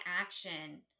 action